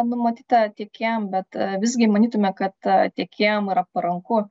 numatyta tiekėjam bet visgi manytume kad tiekėjam yra paranku